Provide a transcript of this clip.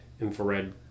infrared